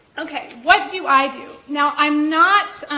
okay, what do i do? now, i'm not,